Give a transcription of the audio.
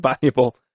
valuable